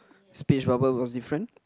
speech bubble was different